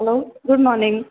hello good morning